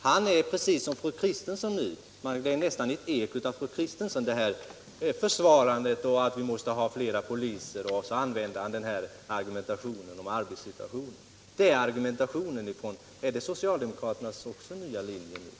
Han är precis som fru Kristensson nu — det är nästan ett eko av fru Kristenssons försvarande av uppfattningen att vi måste ha fler poliser — och han använder arbetssituationen som argument. Är detta också socialdemokraternas nya linje nu?